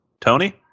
Tony